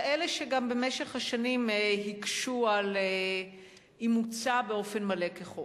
כאלה שגם במשך השנים הקשו על אימוצה באופן מלא כחוק.